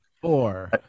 four